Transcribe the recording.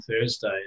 Thursday